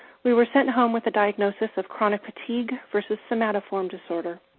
we were sent home with a diagnosis of chronic fatigue versus somatoform disorder.